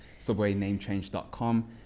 SubwayNameChange.com